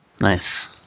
Nice